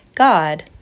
God